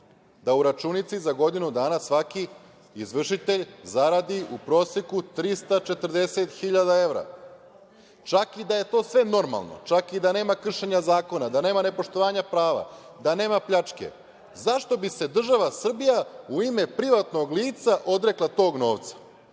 da u računici za godinu dana svaki izvršitelj zaradi u proseku 340 hiljada evra? Čak i da je to sve normalno, čak i da nema kršenja zakona, da nema nepoštovanja prava, da nema pljačke, zašto bi se država Srbija u ime privatnog lica odrekla tog novca,